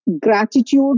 Gratitude